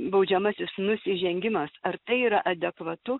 baudžiamasis nusižengimas ar tai yra adekvatu